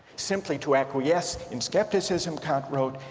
simply to acquiesce in skepticism, kant wrote,